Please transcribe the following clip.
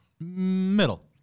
Middle